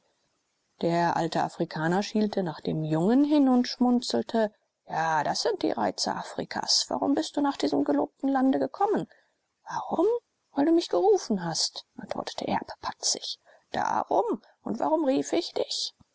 der alte afrikaner schielte nach dem jungen hin und schmunzelte ja das sind die reize afrikas warum bist du nach diesem gelobten lande gekommen warum weil du mich gerufen hast antwortete erb patzig darum und warum rief ich dich